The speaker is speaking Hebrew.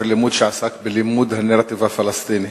לימוד שעסק בלימוד הנרטיב הפלסטיני.